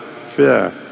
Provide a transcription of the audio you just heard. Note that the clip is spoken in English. fear